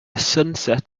sunset